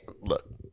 look